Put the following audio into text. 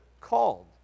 called